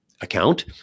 account